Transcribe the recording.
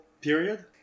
period